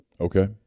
Okay